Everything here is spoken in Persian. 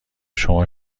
شما